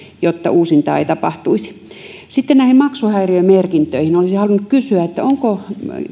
jotta uusintaa ei tapahtuisi sitten näihin maksuhäiriömerkintöihin olisin halunnut kysyä onko